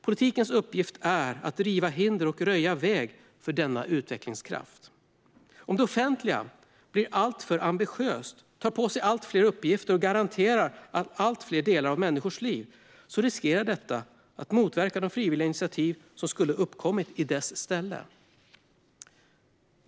Politikens uppgift är att riva hinder och röja väg för denna utvecklingskraft. Om det offentliga blir allt för ambitiöst, tar på sig allt fler uppgifter och garanterar allt fler delar av människors liv, riskerar detta motverka de frivilliga initiativ som skulle ha uppkommit i dess ställe."